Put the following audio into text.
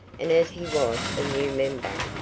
and as he was a new member,